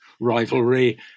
rivalry